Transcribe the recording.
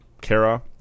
Kara